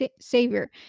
savior